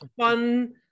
fun